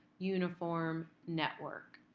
uniform network.